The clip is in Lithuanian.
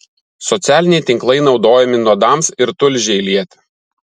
socialiniai tinklai naudojami nuodams ir tulžiai lieti